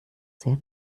sie